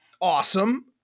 Awesome